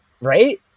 right